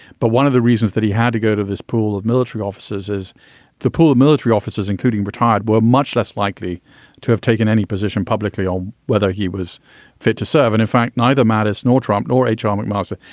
but one of the reasons that he had to go to this pool of military officers is the pool of military officers, including retired, were much less likely to have taken any position publicly or whether he was fit to serve. and in fact, neither mattis nor trump nor ajrami moussa.